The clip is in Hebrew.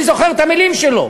אני זוכר את המילים שלו,